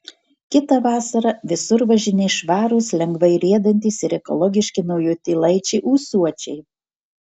kitą vasarą visur važinės švarūs lengvai riedantys ir ekologiški naujutėlaičiai ūsuočiai